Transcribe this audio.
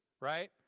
right